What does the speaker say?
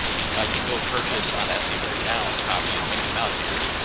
i can go purchase on etsy right now a copy of mickey mouse ears,